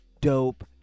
dope